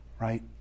Right